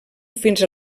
fins